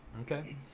Okay